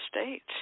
states